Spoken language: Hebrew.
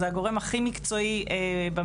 אלא של הגורם הכי מקצועי בממשלה.